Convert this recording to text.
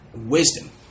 wisdom